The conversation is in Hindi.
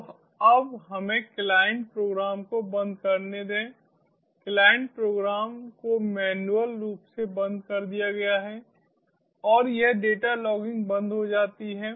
तो अब हमें क्लाइंट प्रोग्राम को बंद करने दें क्लाइंट प्रोग्राम को मैन्युअल रूप से बंद कर दिया गया है और यह डेटा लॉगिंग बंद हो जाती है